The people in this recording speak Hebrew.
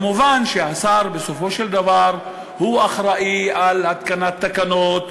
מובן שהשר אחראי להתקנת תקנות,